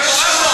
זה נורא,